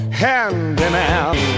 handyman